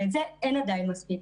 ואת זה אין עדיין מספיק.